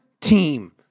team